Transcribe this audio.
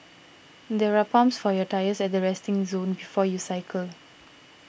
there are pumps for your tyres at the resting zone before you cycle